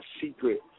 secret